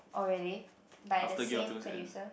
already by the same producer